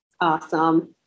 Awesome